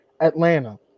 Atlanta